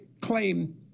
claim